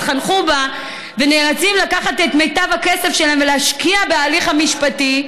התחנכו בה ונאלצים לקחת את מיטב הכסף שלהם ולהשקיע בהליך המשפטי,